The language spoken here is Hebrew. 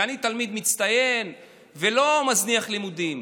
ואני תלמיד מצטיין ולא מזניח את הלימודים.